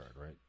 Right